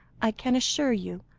i can assure you,